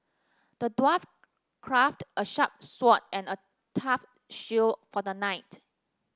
the dwarf crafted a sharp sword and a tough shield for the knight